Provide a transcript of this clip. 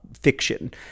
fiction